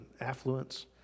affluence